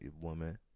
woman